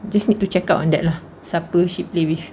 just need to check out on that lah siapa she play with